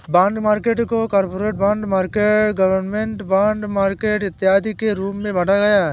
bond market को corporate bond market government bond market इत्यादि के रूप में बांटा जाता है